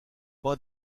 pas